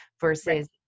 versus